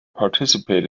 participate